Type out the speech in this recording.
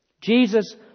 Jesus